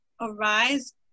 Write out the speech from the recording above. arise